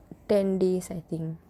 ten days I think